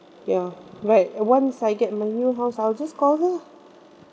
ya right once I get my new house I'll just call her ah